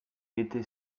était